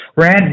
Rand